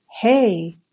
Hey